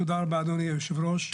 תודה רבה אדוני יושב הראש.